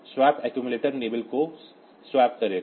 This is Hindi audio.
स्वैप अक्सुमुलेटर निबल्स को स्वैप करेगा